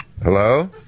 Hello